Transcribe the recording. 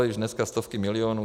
Už dneska stovky milionů.